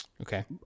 Okay